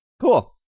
Cool